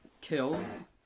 kill's